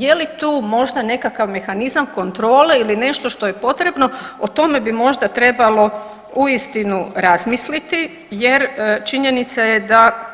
Je li tu možda nekakav mehanizam kontrole ili nešto što je potrebno, o tome bi možda trebalo uistinu razmisliti jer, činjenica je da